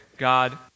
God